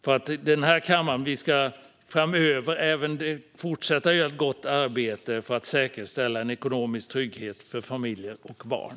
Vi ska fortsätta att göra ett gott arbete i denna kammare för att säkerställa en ekonomisk trygghet för familjer och barn.